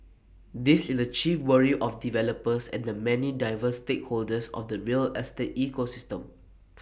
this is the chief worry of developers and the many diverse stakeholders of the real estate ecosystem